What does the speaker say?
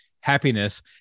happiness